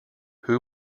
who